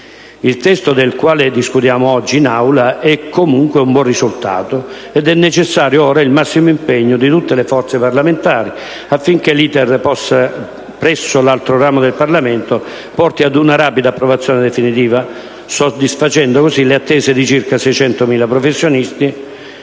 Il testo del quale discutiamo oggi in Aula è comunque un buon risultato; è necessario ora il massimo impegno di tutte le forze parlamentari affinché l'*iter* presso l'altro ramo del Parlamento porti ad una rapida approvazione definitiva, soddisfacendo così le attese di circa 600.000 professionisti